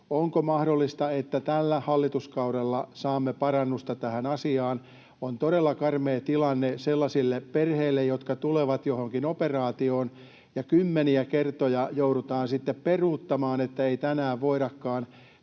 Onko mahdollista, että tällä hallituskaudella saamme parannusta tähän asiaan? On todella karmea tilanne sellaisille perheille, jotka tulevat johonkin operaatioon, ja kymmeniä kertoja joudutaan sitten peruuttamaan, ettei tänään voidakaan,